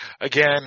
again